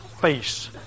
face